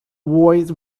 avoid